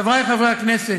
חברי חברי הכנסת,